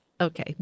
Okay